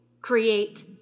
create